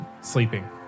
sleeping